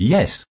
Yes